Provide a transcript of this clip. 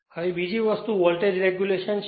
હવે બીજી વસ્તુ વોલ્ટેજ રેગ્યુલેશન છે